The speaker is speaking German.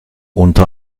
unter